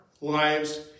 lives